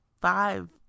five